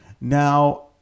Now